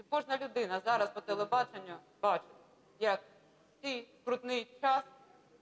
І кожна людина зараз по телебаченню бачить, як в цей скрутний час